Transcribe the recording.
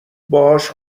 باهاش